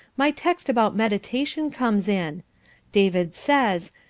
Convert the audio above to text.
my text about meditation comes in david says,